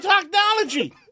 technology